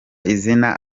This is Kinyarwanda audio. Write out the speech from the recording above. izina